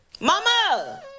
mama